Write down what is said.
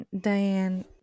Diane